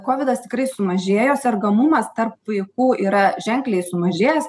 kovidas tikrai sumažėjo sergamumas tarp vaikų yra ženkliai sumažėjęs